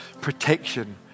protection